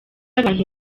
abantu